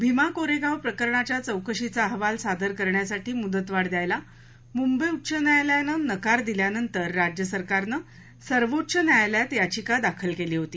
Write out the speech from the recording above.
भीमा कोरेगाव प्रकरणाच्या चौकशीचा अहवाल सादर करण्यासाठी मुदतवाढ द्यायला मुंबई उच्च न्यायालयानं नकार दिल्यानंतर राज्य सरकारनं सर्वोच्च न्यायालयात याचिका दाखल केली होती